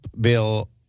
Bill